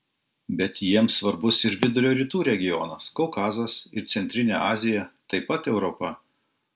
bet jiems svarbus ir vidurio rytų regionas kaukazas ir centrinė azija taip pat europa